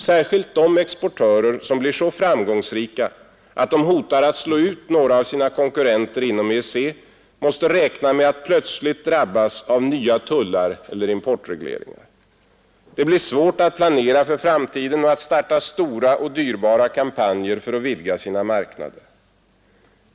Särskilt de exportörer som blir så framgångsrika att de hotar att slå ut några av sina konkurrenter inom EEC måste räkna med att plötsligt drabbas av nya tullar eller importregleringar. Det blir svårt att planera för framtiden och att starta stora och dyrbara kampanjer för att vidga sina marknader.